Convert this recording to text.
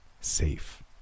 safe